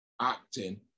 acting